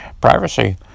Privacy